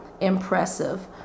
impressive